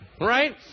right